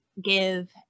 give